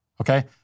Okay